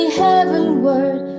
heavenward